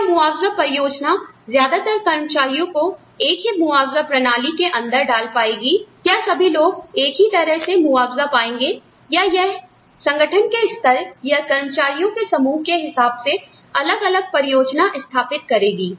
क्या मुआवजा परियोजना ज्यादातर कर्मचारियों को एक ही मुआवजा प्रणाली के अंदर डाल पाएगी क्या सभी लोग एक ही तरह से मुआवजा पाएंगे या यह संगठन के स्तर या कर्मचारियों के समूह के हिसाब से अलग अलग परियोजना स्थापित करेगी